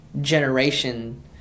generation